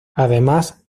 además